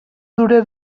dura